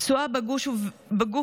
פצועה בגוף ובנפש.